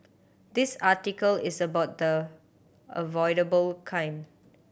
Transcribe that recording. this article is about the avoidable kind